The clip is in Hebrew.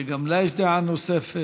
שגם לה יש דעה נוספת.